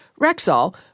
Rexall